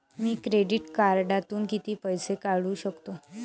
मी credit कार्डातून किती पैसे काढू शकतो?